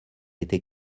été